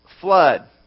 Flood